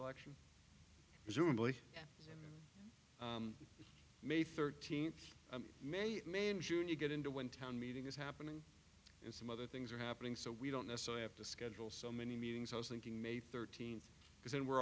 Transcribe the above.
election is only may thirteenth may may and june you get into when town meeting is happening and some other things are happening so we don't necessarily have to schedule so many meetings i was thinking may thirteenth because then we're